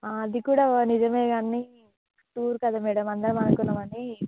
అది కూడా నిజమే కానీ టూర్ కదా మేడమ్ అందరం అనుకున్నామని